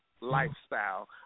lifestyle